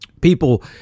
people